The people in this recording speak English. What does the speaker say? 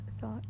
thought